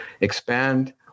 expand